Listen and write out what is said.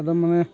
একদম মানে